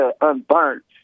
unburnt